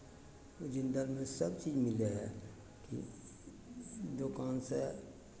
जिंदलमे सभचीज मिलै हइ ई दोकानसँ